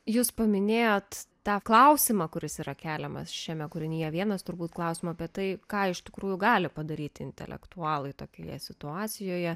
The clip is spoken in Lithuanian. jūs paminėjote tą klausimą kuris yra keliamas šiame kūrinyje vienas turbūt klausimo apie tai ką iš tikrųjų gali padaryti intelektualai tokioje situacijoje